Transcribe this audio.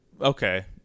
Okay